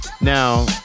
Now